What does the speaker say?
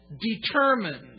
determined